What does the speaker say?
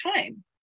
time